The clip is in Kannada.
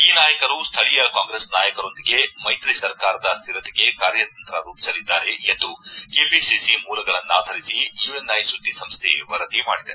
ಈ ನಾಯಕರು ಸ್ಥಳೀಯ ಕಾಂಗ್ರೆಸ್ ನಾಯಕರೊಂದಿಗೆ ಮೈತ್ರಿ ಸರ್ಕಾರದ ಸ್ಥಿರತೆಗೆ ಕಾರ್ಯತಂತ್ರ ರೂಪಿಸಲಿದ್ದಾರೆ ಎಂದು ಕೆಪಿಸಿಸಿ ಮೂಲಗಳನ್ನಾಧರಿಸಿ ಯುಎನ್ಐ ಸುದ್ದಿ ಸಂಸ್ಥೆ ವರದಿ ಮಾಡಿದೆ